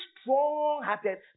strong-hearted